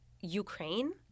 Ukraine